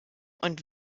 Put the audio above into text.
und